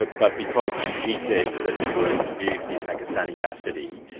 ah but because he says that he was abused in pakistani custody,